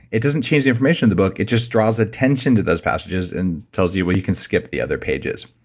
it doesn't change the information in the book, it just draws attention to those passages and tells you when you can skip the other pages.